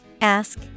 Ask